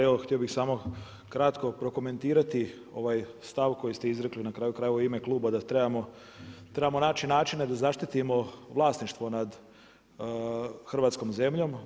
Evo htio bi samo kratko prokomentirati ovaj stav koji ste izrekli na kraju krajeva i u ime kluba, da treba naći načina da zaštitimo vlasništvo nad hrvatskom zemljom.